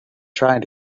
trying